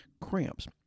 cramps